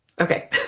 Okay